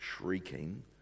shrieking